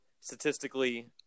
statistically